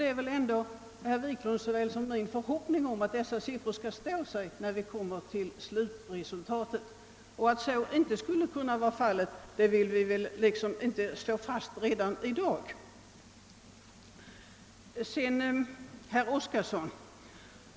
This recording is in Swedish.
Det är väl ändå såväl herr Wiklunds i Stockholm som min förhoppning att dessa siffror skall stå sig när vi kommer fram till slutresultatet. Att så inte skulle kunna vara fallet vill vi inte utgå ifrån redan i dag.